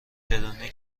چرونی